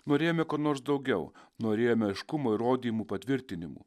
norėjome ko nors daugiau norėjome aiškumo įrodymų patvirtinimų